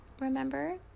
remember